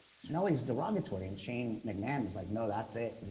smell's derogatory. and shane mcmann was like, no, that's it.